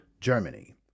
Germany